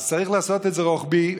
אז צריך לעשות את זה רוחבי.